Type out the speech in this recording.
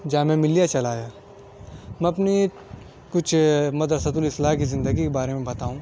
جامعہ ملّیہ چلا آیا میں اپنی کچھ مدرسۃ الاصلاح کی زندگی کے بارے میں بتاؤں